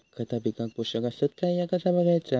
खता पिकाक पोषक आसत काय ह्या कसा बगायचा?